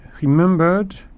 remembered